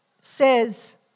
says